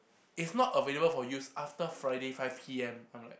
it's not available for use after Friday five P_M I'm like